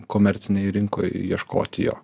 komercinėj rinkoj ieškoti jo